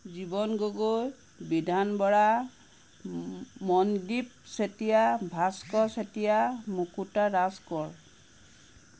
জীৱন গগৈ বিধান বৰা ম মনদীপ চেতিয়া ভাস্কৰ চেতিয়া মুকুতা ৰাজকোঁৱৰ